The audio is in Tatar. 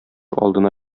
алдына